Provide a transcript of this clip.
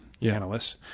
analysts